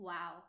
Wow